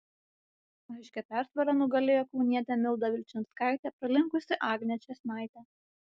aiškia persvara nugalėjo kaunietė milda vilčinskaitė pralenkusi agnę čėsnaitę